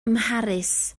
mharis